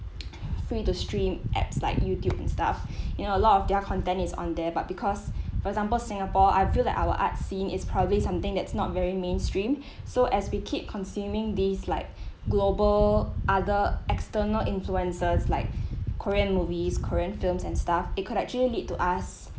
free to stream apps like youtube and stuff you know a lot of their content is on there but because for example singapore I feel like our arts scene is probably something that's not very mainstream so as we keep consuming these like global other external influences like korean movies korean films and stuff it could actually lead to us